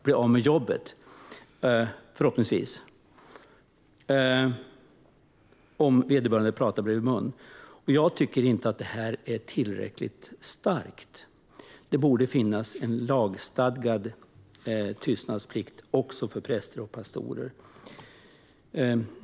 Prästen blir alltså förhoppningsvis av med jobbet om vederbörande pratar bredvid mun. Jag tycker inte att det är tillräckligt starkt. Det borde finnas en lagstadgad tystnadsplikt även för präster och pastorer.